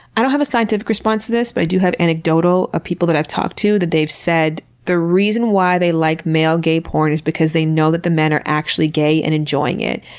i don't have a scientific response to this, but i do have anecdotal of people that i've talked to. they've said the reason why they like male gay porn is because they know that the men are actually gay and enjoying it.